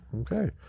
okay